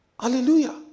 Hallelujah